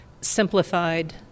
simplified